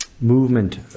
movement